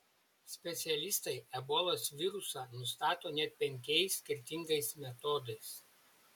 specialistai ebolos virusą nustato net penkiais skirtingais metodais